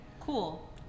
Cool